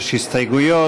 יש הסתייגויות.